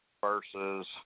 versus